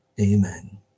Amen